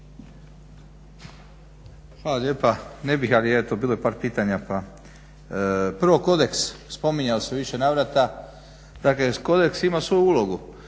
Hvala lijepa. Ne bih ali eto bilo je par pitanja pa. Prvo kodeks, spominjao se u više navrata, dakle kodeks ima svoju ulogu